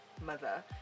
mother